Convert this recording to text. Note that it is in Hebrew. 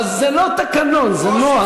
אבל זה לא תקנון, זה נוהל.